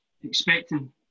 expecting